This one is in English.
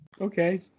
Okay